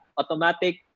automatic